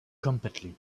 completely